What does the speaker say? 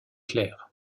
claire